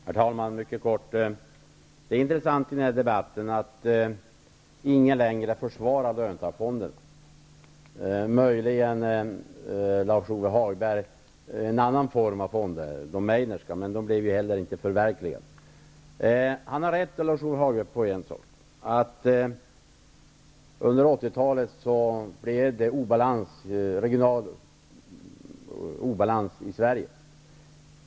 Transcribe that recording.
Herr talman! Det är intressant att höra i den här debatten att ingen längre försvarar löntagarfonderna. Möjligen försvarar Lars-Ove Hagberg en annan form av fonder, nämligen de meidnerska. Men de blev inte heller förverkligade. Lars-Ove Hagberg har rätt på en punkt. Under 80 talet blev det regional obalans i Sverige.